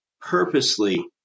purposely